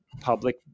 public